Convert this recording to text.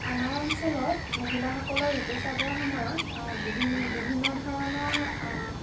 আমাৰ অঞ্চলত মহিলাসকলৰ ঋতুস্ৰাৱৰ সময়ত বিভিন্ন ধৰণৰ